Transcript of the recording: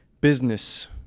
Business